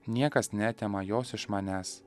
niekas neatima jos iš manęs